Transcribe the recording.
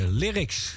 lyrics